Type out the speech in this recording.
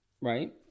Right